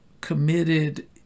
committed